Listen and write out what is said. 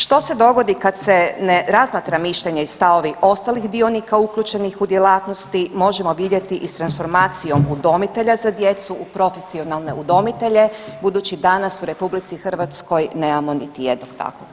Što se dogodi kad se ne razmatra mišljenje i stavovi ostalih dionika uključenih u djelatnosti možemo vidjeti i transformacijom udomitelja za djecu u profesionalne udomitelje budući danas u RH nemamo niti jednog takvog.